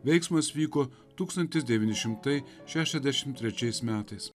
veiksmas vyko tūkstantis devyni šimtai šešiasdešim trečiais metais